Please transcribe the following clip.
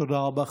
תודה רבה.